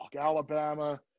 Alabama